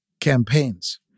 campaigns